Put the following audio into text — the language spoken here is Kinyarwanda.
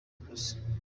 uburozi